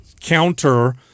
counter